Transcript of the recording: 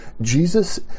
Jesus